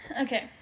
Okay